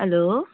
hello